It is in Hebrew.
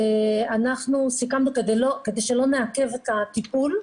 אנחנו סיכמנו כדי שלא נעכב את הטיפול,